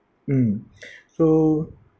mm so